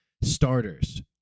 starters